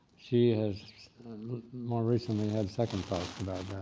she has more recently had second thoughts about